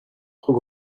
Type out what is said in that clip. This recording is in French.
trop